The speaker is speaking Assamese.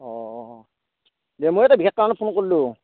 অঁ দে মই এটা বিশেষ কাৰণত ফোন কৰিলোঁ